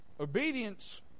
obedience